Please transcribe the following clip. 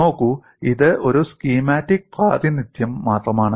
നോക്കൂ ഇത് ഒരു സ്കീമാറ്റിക് പ്രാതിനിധ്യം മാത്രമാണ്